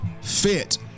fit